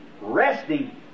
resting